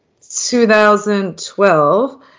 2012